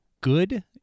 good